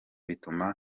bituma